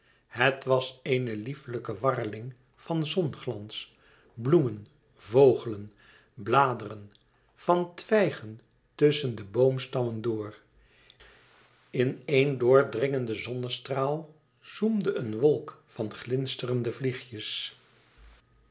het was éene lieflijke warreling van zonglans bloemen vogelen bladeren van twijgen tusschen de boomstammen door in een dor dringenden zonnestraal zoemde een wolk van glinsterende